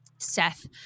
seth